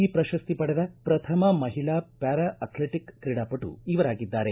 ಈ ಪ್ರಶಸ್ತಿ ಪಡೆದ ಪ್ರಥಮ ಮಹಿಳಾ ಪ್ಕಾರಾ ಅಥ್ಲೆಟಿಕ್ ಕ್ರೀಡಾಪಟು ಇವರಾಗಿದ್ದಾರೆ